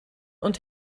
und